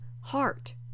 heart